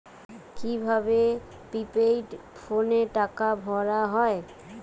কি ভাবে প্রিপেইড ফোনে টাকা ভরা হয়?